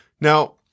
Now